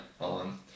on